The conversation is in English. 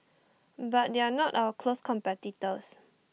but they are not our close competitors